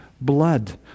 blood